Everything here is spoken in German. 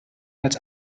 als